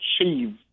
achieve